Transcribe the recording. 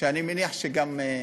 שאני מניח שגם,